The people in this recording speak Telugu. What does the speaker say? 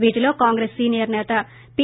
వీటిలో కాంగ్రెస్ సీనియర్ సేత పి